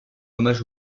hommage